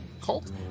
Cult